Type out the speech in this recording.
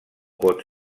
pot